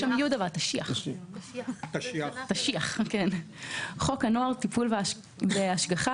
; (ד)חוק הנוער (טיפול והשגחה),